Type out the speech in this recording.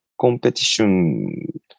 competition